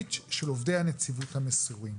האינטנסיבית של עובדי הנציבות המסורים.